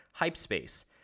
Hypespace